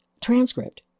transcript